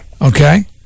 okay